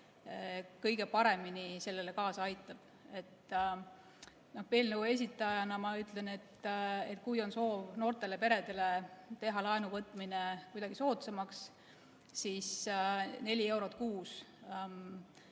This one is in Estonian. kõige paremini sellele kaasa aitab? Eelnõu esitajana ma ütlen, et kui on soov noortele peredele laenuvõtmine soodsamaks teha, siis neli eurot kuus